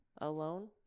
alone